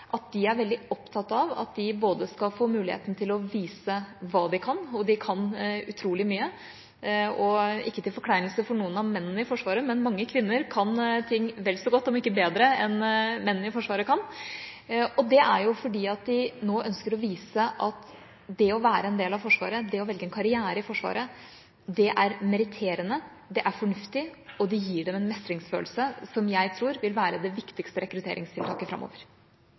at de er veldig opptatt av at de skal få muligheten til å vise hva de kan – og de kan utrolig mye. Ikke til forkleinelse for noen av mennene i Forsvaret, men mange kvinner kan ting vel så godt om ikke bedre enn mennene i Forsvaret kan, og det er fordi de nå ønsker å vise at det å være en del av Forsvaret, det å velge en karriere i Forsvaret, det er meritterende, det er fornuftig, og det gir dem en mestringsfølelse som jeg tror vil være det viktigste rekrutteringstiltaket framover.